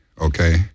Okay